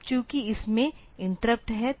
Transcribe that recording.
अब चूंकि इसमें इंटरप्ट हैं